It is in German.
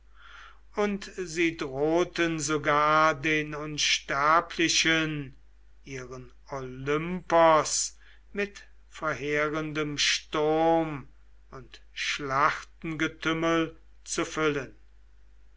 und sie drohten sogar den unsterblichen ihren olympos mit verheerendem sturm und schlachtengetümmel zu füllen